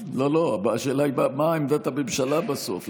לא, לא, השאלה הייתה מה עמדת הממשלה בסוף.